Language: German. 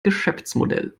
geschäftsmodell